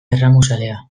erramuzalea